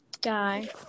Die